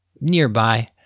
nearby